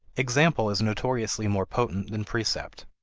example is notoriously more potent than precept.